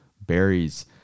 berries